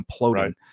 imploding